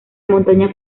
montaña